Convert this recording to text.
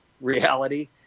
reality